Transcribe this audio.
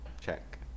check